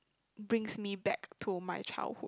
brings me back to my childhood